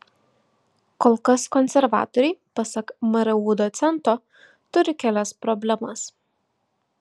kol kas konservatoriai pasak mru docento turi kelias problemas